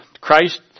Christ